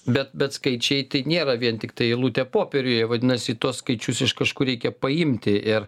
bet bet skaičiai tai nėra vien tiktai eilutė popieriuje vadinasi tuos skaičius iš kažkur reikia paimti ir